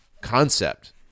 concept